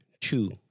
two